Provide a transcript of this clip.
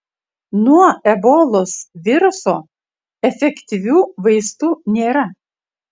nuo ebolos viruso efektyvių vaistų nėra